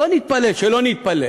שלא נתפלא.